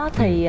thì